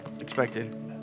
expected